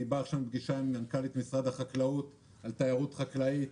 אני בא עכשיו מפגישה עם מנכ"לית משרד החקלאות על תיירות חקלאית.